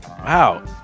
Wow